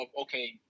okay